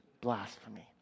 Blasphemy